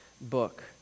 book